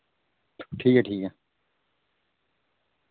ठीक ऐ ठीक ऐ